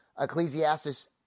Ecclesiastes